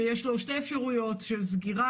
שיש לו שתי אפשרויות של סגירה,